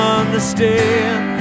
understand